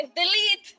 Delete